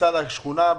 בכניסה לשכונה,